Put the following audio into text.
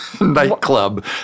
nightclub